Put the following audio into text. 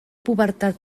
pubertat